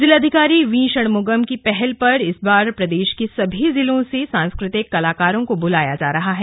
जिलाधिकारी वी षणमुगम की पहल पर इस बार प्रदेश के सभी जिलों से सांस्कृतिक कलाकारों को बुलाया जा रहा है